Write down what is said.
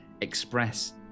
express